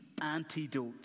antidote